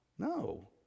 No